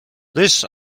this